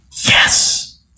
Yes